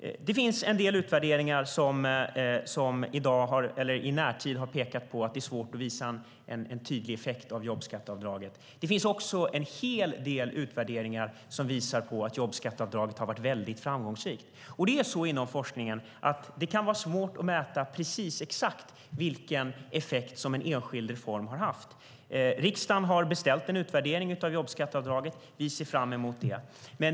Det finns en del utvärderingar som i närtid har pekat på att det är svårt att visa en tydlig effekt av jobbskatteavdraget. Det finns också en hel del utvärderingar som visar att jobbskatteavdraget har varit väldigt framgångsrikt. Det är så inom forskningen att det kan vara svårt att mäta exakt vilken effekt en enskild reform har haft. Riksdagen har beställt en utvärdering av jobbskatteavdraget, och vi ser fram emot det.